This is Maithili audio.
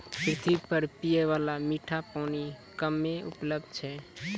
पृथ्वी पर पियै बाला मीठा पानी कम्मे उपलब्ध छै